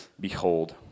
behold